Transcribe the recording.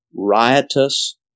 riotous